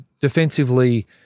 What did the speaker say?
defensively